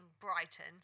Brighton